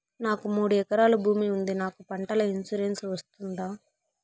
నాకు మూడు ఎకరాలు భూమి ఉంది నాకు పంటల ఇన్సూరెన్సు వస్తుందా?